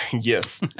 Yes